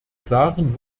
klaren